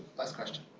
last question.